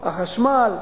החשמל,